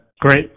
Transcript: Great